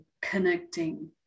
connecting